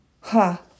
Ha